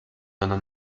deiner